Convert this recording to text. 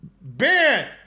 Ben